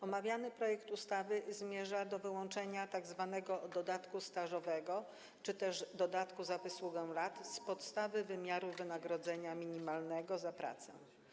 Omawiany projekt ustawy zmierza do wyłączenia tzw. dodatku stażowego, czy też dodatku za wysługę lat, z podstawy wymiaru wynagrodzenia minimalnego za pracę.